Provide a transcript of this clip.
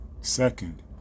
Second